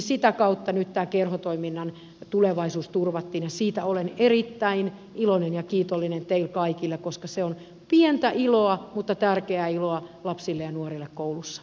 sitä kautta nyt tämä kerhotoiminnan tulevaisuus turvattiin ja siitä olen erittäin iloinen ja kiitollinen teille kaikille koska se on pientä iloa mutta tärkeää iloa lapsille ja nuorille koulussa